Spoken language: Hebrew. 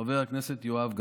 חבר הכנסת יואב גלנט.